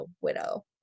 widow